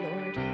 Lord